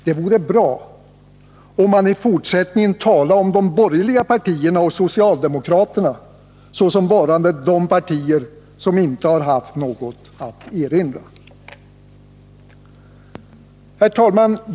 Det vore bra om man i fortsättningen talade om de borgerliga partierna och socialdemokraterna såsom varande de partier som inte har haft något att erinra! Herr talman!